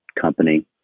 company